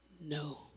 no